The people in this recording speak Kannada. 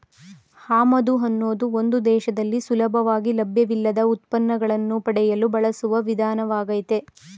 ಆಮದು ಅನ್ನೋದು ಒಂದು ದೇಶದಲ್ಲಿ ಸುಲಭವಾಗಿ ಲಭ್ಯವಿಲ್ಲದ ಉತ್ಪನ್ನಗಳನ್ನು ಪಡೆಯಲು ಬಳಸುವ ವಿಧಾನವಾಗಯ್ತೆ